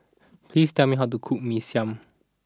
please tell me how to cook Mee Siam